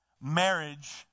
Marriage